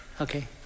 Okay